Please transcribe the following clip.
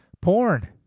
porn